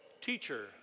Teacher